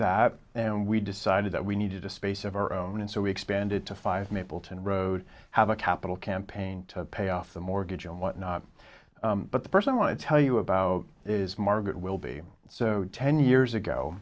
that and we decided that we needed a space of our own and so we expanded to five mapleton road have a capital campaign to pay off the mortgage and what not but the person would tell you about is margaret will be so ten years ago